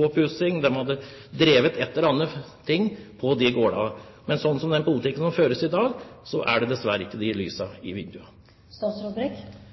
oppussing, de hadde drevet med et eller annet på de gårdene. Men sånn som den politikken er som føres i dag, er det dessverre ikke